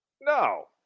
No